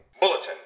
Bulletin